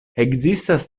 ekzistas